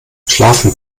schlafen